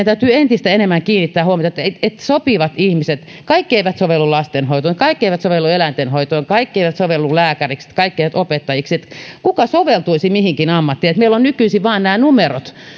täytyy entistä enemmän kiinnittää huomiota ketkä ovat sopivia ihmisiä kaikki eivät sovellut lastenhoitoon kaikki eivät sovellu eläintenhoitoon kaikki eivät sovellu lääkäriksi kaikki eivät opettajiksi kuka soveltuisi mihinkin ammattiin meillä on nykyisin vain nämä numerot